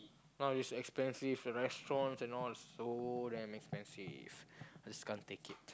no is expensive the restaurant and all the so damn expensive just can't take it